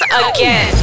again